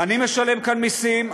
אני משלם כאן מיסים,